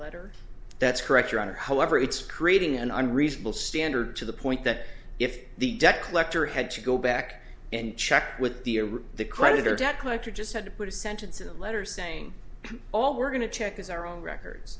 letter that's correct your honor however it's creating an unreasonable standard to the point that if the debt collector had to go back and check with theory the creditor debt collector just had to put a sentence in a letter saying all we're going to check is our own records